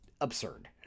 absurd